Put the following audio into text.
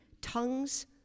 tongues